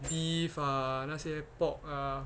beef ah 那些 pork ah